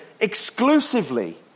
exclusively